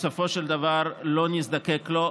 בסופו של דבר לא נזדקק לו,